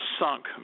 sunk